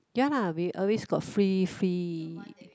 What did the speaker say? ya lah we always got free free